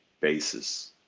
basis